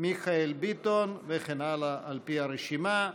מיכאל ביטון, וכן הלאה על פי הרשימה.